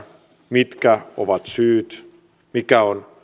mitkä ovat syyt mikä on